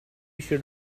should